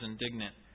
indignant